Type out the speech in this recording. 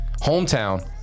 hometown